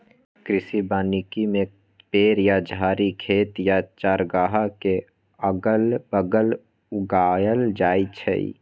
कृषि वानिकी में पेड़ या झाड़ी खेत या चारागाह के अगल बगल उगाएल जाई छई